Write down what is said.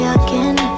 again